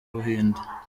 buhinde